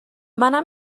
منم